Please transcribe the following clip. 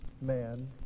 man